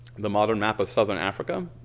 the modern map of southern africa.